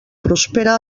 prospera